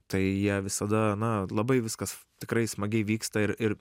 tai jie visada na labai viskas tikrai smagiai vyksta ir ir